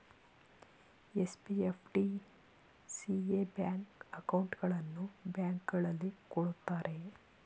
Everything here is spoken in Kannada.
ಎಸ್.ಬಿ, ಎಫ್.ಡಿ, ಸಿ.ಎ ಬ್ಯಾಂಕ್ ಅಕೌಂಟ್ಗಳನ್ನು ಬ್ಯಾಂಕ್ಗಳಲ್ಲಿ ಕೊಡುತ್ತಾರೆ